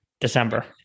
December